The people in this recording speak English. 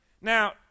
Now